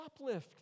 shoplift